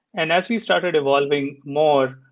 and as we started evolving more,